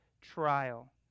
trial